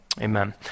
Amen